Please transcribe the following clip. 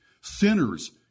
sinners